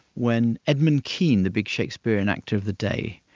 when edmund kean, the big shakespearean actor of the day,